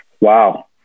Wow